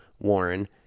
Warren